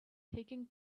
taking